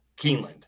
Keeneland